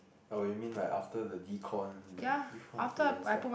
oh you mean like after the decon~ stuff